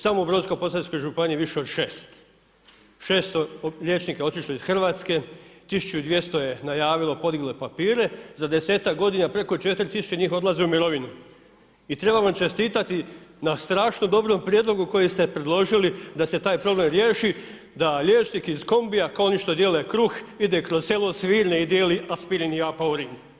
Samo u Brodsko-posavskoj županiji više od 6. 600 liječnika je otišlo iz Hrvatske, 1200 je najavilo, podiglo je papire, za 10-ak godina preko 4000 njih odlazi u mirovinu i treba mu čestitati na strašno dobrom prijedlogu koji ste predložili da se tak problem riješi, da liječnik iz kombija kao oni što dijele kruh ide kroz selo, svirne i dijeli aspirin i apaurin.